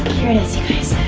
here it is you guys.